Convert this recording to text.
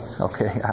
Okay